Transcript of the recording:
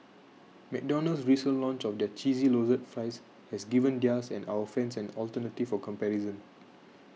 McDonald's recent launch of their cheesy loaded fries has given theirs and our fans an alternative for comparison